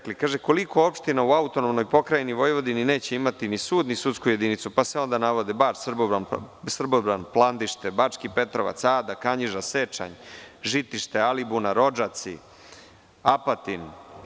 Kažete – koliko opština u AP Vojvodini neće imati ni sud ni sudsku jedinicu, pa onda navodite – Srbobran, Plandište, Bački Petrovac, Ada, Kanjiža, Sečanj, Žitište, Alibunar, Odžaci, Apatin.